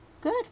Good